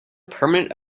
permanent